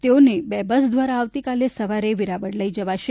તેઓને બે બસ દ્વારા આવતીકાલે સવારે વેળાવળ લઇ જવાશે